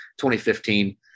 2015